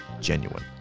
genuine